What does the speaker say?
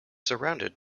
surrounded